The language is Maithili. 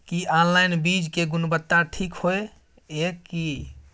की ऑनलाइन बीज के गुणवत्ता ठीक होय ये की?